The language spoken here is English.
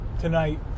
tonight